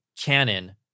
Canon